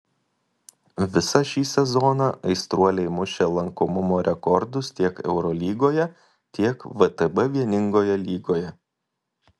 visą šį sezoną aistruoliai mušė lankomumo rekordus tiek eurolygoje tiek vtb vieningoje lygoje